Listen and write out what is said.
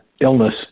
Illness